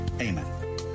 amen